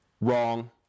Wrong